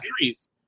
series